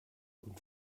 und